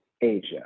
Asia